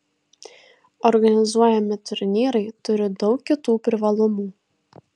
organizuojami turnyrai turi daug kitų privalumų